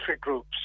groups